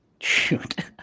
Shoot